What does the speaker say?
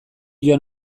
joan